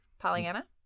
Pollyanna